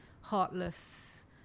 heartless